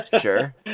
sure